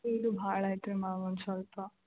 ಇದು ಭಾಳ ಐತ್ರೀ ಮ್ಯಾಮ್ ಒಂದು ಸ್ವಲ್ಪ